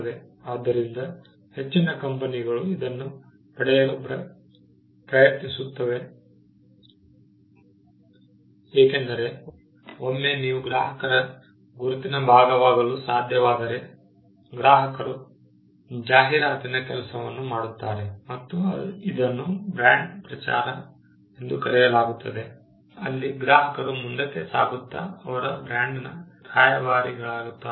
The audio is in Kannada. ಆದ್ದರಿಂದ ಹೆಚ್ಚಿನ ಕಂಪನಿಗಳು ಇದನ್ನು ಪಡೆಯಲು ಪ್ರಯತ್ನಿಸುತ್ತವೆ ಏಕೆಂದರೆ ಒಮ್ಮೆ ನೀವು ಗ್ರಾಹಕರ ಗುರುತಿನ ಭಾಗವಾಗಲು ಸಾಧ್ಯವಾದರೆ ಗ್ರಾಹಕರು ಜಾಹೀರಾತಿನ ಕೆಲಸವನ್ನು ಮಾಡುತ್ತಾರೆ ಮತ್ತು ಇದನ್ನು ಬ್ರಾಂಡ್ ಪ್ರಚಾರ ಎಂದು ಕರೆಯಲಾಗುತ್ತದೆ ಅಲ್ಲಿ ಗ್ರಾಹಕರು ಮುಂದಕ್ಕೆ ಸಾಗುತ್ತಾ ಅವರು ಬ್ರಾಂಡ್ ನ ರಾಯಬಾರಿಗಳಾಗುತ್ತಾರೆ